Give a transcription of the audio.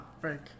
Frank